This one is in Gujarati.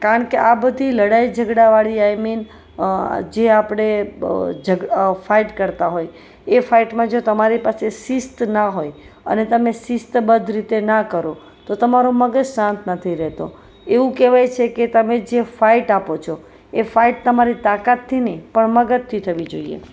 કારણ કે આ બધી લડાઈ ઝગડા વાળી આઈ મીન જે આપણે ઝગ ફાઈટ કરતા હોય જો એ ફાઈટમાં તમારી પાસે જો શિસ્ત ના હોય અને તમે શિસ્તબદ્ધ રીતે ના કરો તો તમારું મગજ શાંત નથી રહેતું એવું કેવાય છે કે તમે જે ફાઇટ આપો છો એ ફાઇટ તમારી તાકાતથી નહીં પણ મગજથી થવી જોઈએ